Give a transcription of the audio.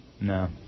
No